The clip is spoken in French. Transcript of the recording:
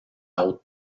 haute